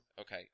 Okay